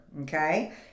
Okay